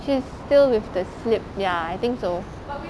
she's still with the slip ya I think so